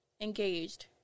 Engaged